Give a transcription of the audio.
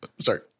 Sorry